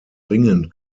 ringen